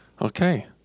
Okay